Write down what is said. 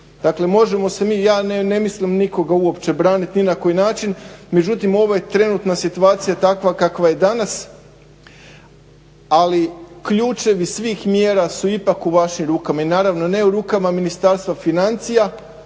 Dakle možemo se mi ja ne mislim nikoga uopće braniti ni na koji način međutim ovo je trenutno situacija kakva je danas ali ključevi svih mjera su ipak u vašim rukama i naravno ne u rukama Ministarstva financija